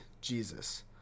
Jesus